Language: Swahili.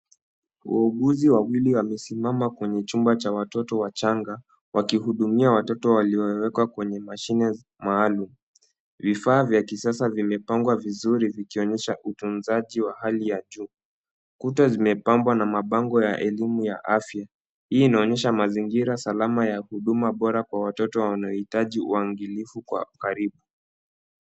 Wauguzi wawili wamesimama kwenye chumba cha watoto wachanga, wakihudumia watoto waliowekwa kwenye mashine maalum. Vifaa vya kisasa vimepangwa vizuri vikionyesha utunzaji wa hali ya juu. Kuta zimepambwa na mabango ya elimu ya afya. Hii inaonyesha mazingira salama ya huduma bora kwa watoto wanaohitaji uangalifu kwa karibu.